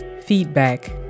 feedback